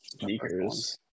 sneakers